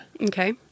Okay